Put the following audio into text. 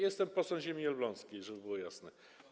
Jestem posłem ziemi elbląskiej, żeby było jasne.